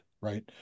Right